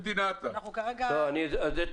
אנחנו כרגע -- באיזו מדינה אתה?